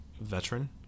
veteran